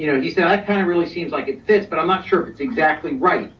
you know you said that kind of really seems like it fits, but i'm not sure if it's exactly right.